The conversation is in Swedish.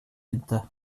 inte